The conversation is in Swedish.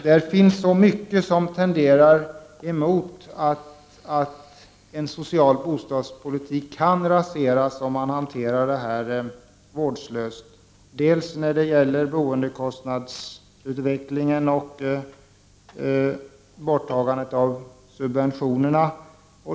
Det finns så mycket som tyder på att en social bostadspolitik kan raseras om detta hanteras vårdslöst, t.ex. när det gäller boendekostnadsutvecklingen och borttagandet av subventionerna.